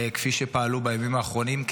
כפי שפעלו בימים האחרונים,